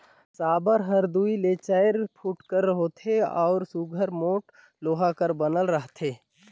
साबर हर दूई ले चाएर फुट कर होथे अउ सुग्घर मोट लोहा कर बनल रहथे